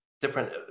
different